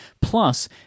plus